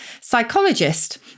psychologist